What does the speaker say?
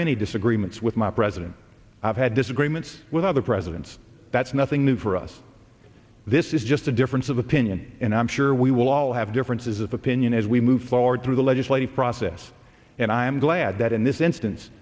many disagreements with my president i've had disagreements with other presidents that's nothing new for us this is just a difference of opinion and i'm sure we will all have differences of opinion as we move forward through the legislative process and i am glad that in this instance